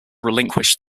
relinquish